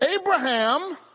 Abraham